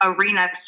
arena